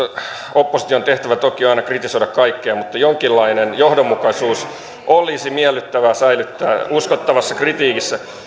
opposition tehtävä on toki aina kritisoida kaikkea mutta jonkinlainen johdonmukaisuus olisi miellyttävää säilyttää uskottavassa kritiikissä